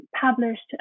published